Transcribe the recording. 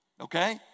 Okay